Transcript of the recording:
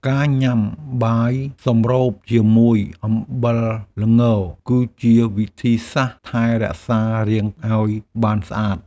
ការញ៉ាំបាយសម្រូបជាមួយអំបិលល្ង គឺជាវិធីសាស្ត្រថែរក្សារាងឱ្យបានស្អាត។